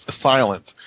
silence